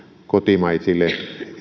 kotimaisille